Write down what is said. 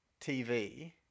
TV